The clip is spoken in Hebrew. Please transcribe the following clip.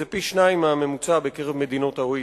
זה פי-שניים מהממוצע בקרב מדינות ה-OECD.